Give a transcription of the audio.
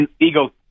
ego